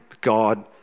God